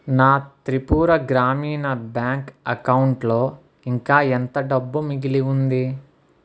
నా త్రిపుర గ్రామీణ బ్యాంక్ అకౌంట్లో ఇంకా ఎంత డబ్బు మిగిలి ఉంది